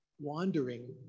wandering